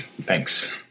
Thanks